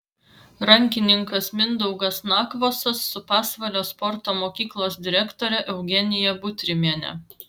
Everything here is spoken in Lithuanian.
rankininkas mindaugas nakvosas su pasvalio sporto mokyklos direktore eugenija butrimiene